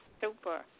super